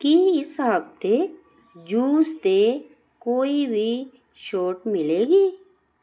ਕੀ ਇਸ ਹਫ਼ਤੇ ਜੂਸ 'ਤੇ ਕੋਈ ਵੀ ਛੋਟ ਮਿਲੇਗੀ